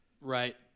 right